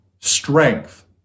strength